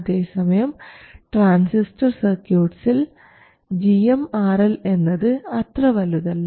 അതേസമയം ട്രാൻസിസ്റ്റർ സർക്യൂട്ട്സിൽ gmRL എന്നത് അത്ര വലുതല്ല